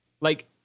Like-